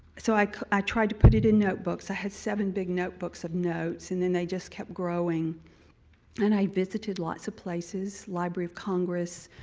so i i tried to put it in notebooks. i had seven big notebooks of notes and then they just kept growing and i visited lots of places, library of congress,